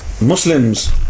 Muslims